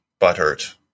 butthurt